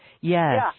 Yes